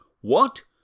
What